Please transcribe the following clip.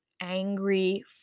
angry